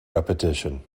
repetition